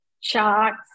charts